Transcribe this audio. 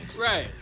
Right